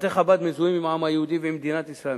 בתי-חב"ד מזוהים עם העם היהודי ועם מדינת ישראל.